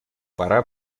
пора